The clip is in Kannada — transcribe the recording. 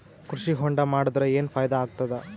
ಕೃಷಿ ಹೊಂಡಾ ಮಾಡದರ ಏನ್ ಫಾಯಿದಾ ಆಗತದ?